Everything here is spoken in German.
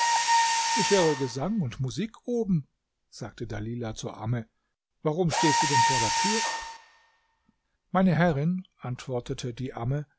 ich höre gesang und musik oben sagte dalilah zur amme warum stehst du denn vor der tür meine herrin antwortete die amme